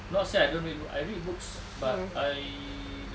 not say I don't read book I read books but I